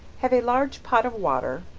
have a large pot of water,